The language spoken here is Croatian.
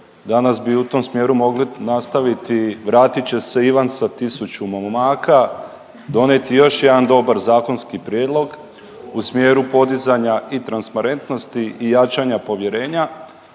danas bi u tom smjeru mogli nastaviti vratit će se Ivan sa tisuću momaka donijeti još jedan dobar zakonski prijedlog u smjeru podizanja i transparentnosti i jačanja povjerenja.